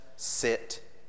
sit